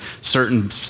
certain